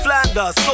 Flanders